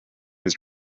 his